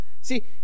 See